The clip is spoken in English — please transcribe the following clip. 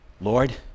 Lord